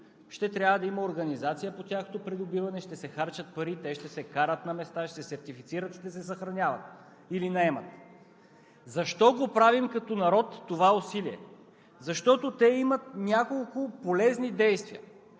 Ще трябва да има организация по тяхното придобиване, ще се харчат пари, те ще се карат на места, ще се сертифицират, ще се съхраняват или наемат. Защо го правим като народ това усилие?! Защото те имат няколко полезни действия.